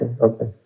okay